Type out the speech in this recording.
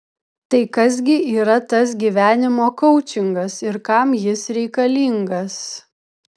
tai kas gi yra tas gyvenimo koučingas ir kam jis reikalingas